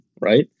right